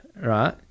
right